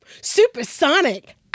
Supersonic